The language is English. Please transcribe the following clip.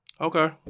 Okay